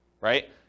right